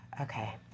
Okay